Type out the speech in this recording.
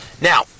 Now